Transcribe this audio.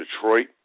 Detroit